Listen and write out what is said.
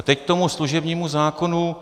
A teď k tomu služebnímu zákonu.